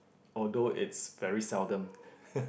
although it's very seldom